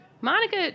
Monica